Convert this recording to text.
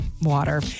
water